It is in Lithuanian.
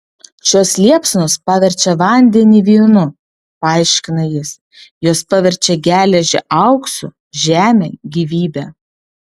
šios liepsnos paverčia vandenį vynu paaiškina jis jos paverčia geležį auksu žemę gyvybe